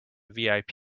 vip